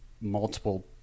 multiple